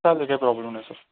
चालेल काही प्रॉब्लेम नाही सर